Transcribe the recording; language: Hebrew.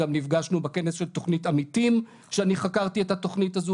גם נפגשנו בכנס של תוכנית עמיתים שאני חקרתי את התוכנית הזו,